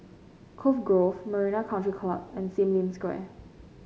Cove Grove Marina Country Club and Sim Lim Square